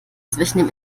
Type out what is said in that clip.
zwischen